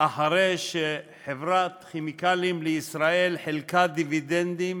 אחרי שחברת כי"ל חילקה דיבידנדים